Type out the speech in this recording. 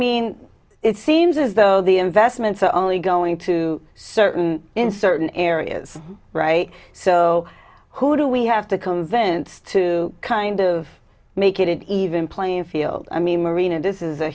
mean it seems as though the investments are only going to certain in certain areas right so who do we have to convince to kind of make it an even playing field i mean marina this is a